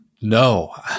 no